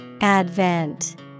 Advent